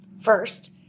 First